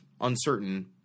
uncertain